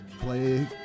play